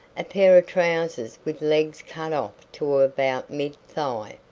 a pair of trousers with legs cut off to about mid-thigh.